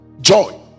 joy